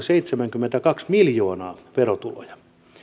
seitsemänkymmentäkaksi miljoonaa verotuloja